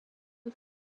ich